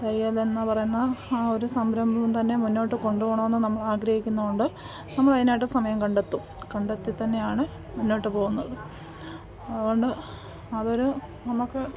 തയ്യൽ എന്ന് പറയുന്ന ആ ഒരു സംരംഭം തന്നെ മുന്നോട്ട് കൊണ്ടുപോവണം എന്ന് നമ്മൾ ആഗ്രഹിക്കുന്നതുകൊണ്ട് നമ്മൾ അതിനായിട്ട് സമയം കണ്ടെത്തും കണ്ടെത്തി തന്നെയാണ് മുന്നോട്ട് പോവുന്നത് അതുകൊണ്ട് അതൊരു നമുക്ക്